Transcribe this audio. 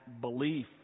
belief